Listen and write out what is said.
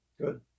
Good